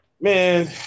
Man